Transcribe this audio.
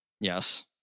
Yes